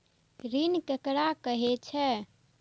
ऋण ककरा कहे छै?